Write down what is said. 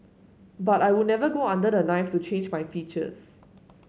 but I would never go under the knife to change my features